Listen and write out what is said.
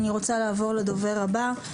אני רוצה לעבור לדובר הבא.